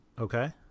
okay